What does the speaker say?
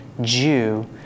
Jew